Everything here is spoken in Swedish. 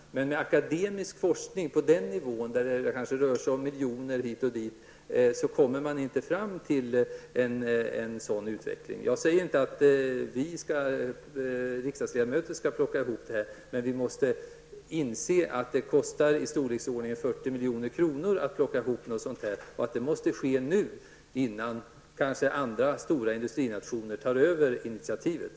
Men akademisk forskning på den nivån -- det rör sig kanske om en miljon hit och en miljon dit -- kommer inte fram till en sådan utveckling. Jag säger inte för den skull att vi riksdagsledamöter skall plocka ihop något. Däremot måste vi inse att det handlar om kostnader i storleksordningen 40 milj.kr. Återgärder måste vidtas nu, för annars kanske andra stora industrinationer tar över initiativet.